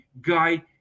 guy